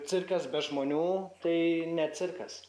cirkas be žmonių tai ne cirkas